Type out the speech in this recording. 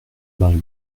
vingt